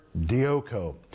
dioko